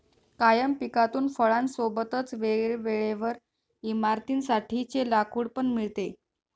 कायम पिकातून फळां सोबतच वेळे वेळेवर इमारतीं साठी चे लाकूड पण मिळते